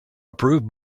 approved